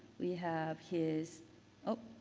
we have his oh,